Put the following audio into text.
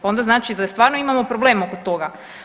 Onda znači da stvarno imamo problem oko toga.